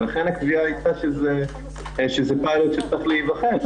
ולכן הקביעה הייתה שזה פיילוט שצריך להיבחן,